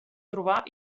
trobar